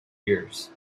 years